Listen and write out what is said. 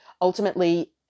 ultimately